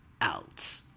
out